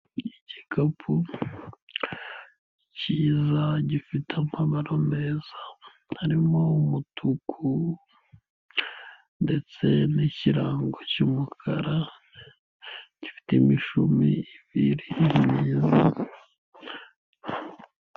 Igikapu cyiza gifite amabara meza harimo umutuku ndetse n'ikirango cy'umukara gifite imishumi ibiri neza.